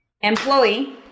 employee